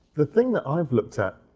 the thing that i've looked at,